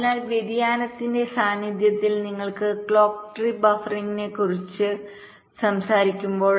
അതിനാൽ വ്യതിയാനത്തിന്റെ സാന്നിധ്യത്തിൽ നിങ്ങൾ ക്ലോക്ക് ട്രീ ബഫറിംഗിനെക്കുറിച്ച് സംസാരിക്കുമ്പോൾ